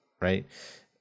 Right